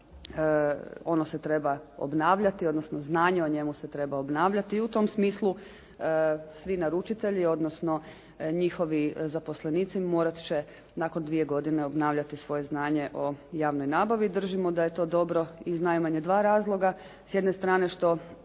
ono se treba obnavljati, odnosno znanje o njemu se treba obnavljati i u tom smislu svi naručitelji, odnosno njihovi zaposlenici morati će nakon 2 godine obnavljati svoje znanje o javnoj nabavi. Držimo da je to dobro iz najmanje dva razloga. S jedne strane što